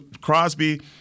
Crosby